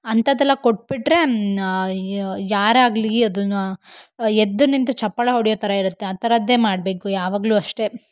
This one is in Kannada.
ಅಂಥದ್ದೆಲ್ಲ ಕೊಟ್ಟುಬಿಟ್ರೆ ಯಾರೇ ಆಗಲಿ ಅದನ್ನ ಎದ್ದು ನಿಂತು ಚಪ್ಪಾಳೆ ಹೊಡಿಯೋ ಥರ ಇರತ್ತೆ ಆ ಥರದ್ದೇ ಮಾಡಬೇಕು ಯಾವಾಗಲೂ ಅಷ್ಟೇ